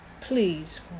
please